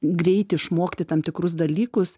greit išmokti tam tikrus dalykus